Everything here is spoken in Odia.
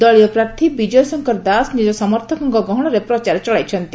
ଦଳୀୟ ପ୍ରାର୍ଥୀ ବିଜୟ ଶଙ୍କର ଦାସ ନିଜ ସମର୍ଥକଙ୍କ ଗହଶରେ ପ୍ରଚାର ଚଳାଇଛନ୍ତି